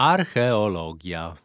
Archeologia